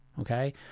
Okay